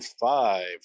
five